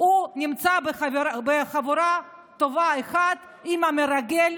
נמצא בחבורה טובה אחת עם המרגל,